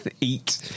eat